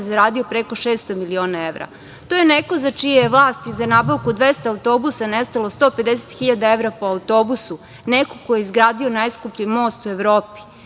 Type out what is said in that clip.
zaradio preko 600 miliona evra. To je neko za čije vlasti za nabavku 200 autobusa je nestalo 150 hiljada evra po autobusu, neko ko je izgradio najskuplji most u Evropi.